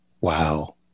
Wow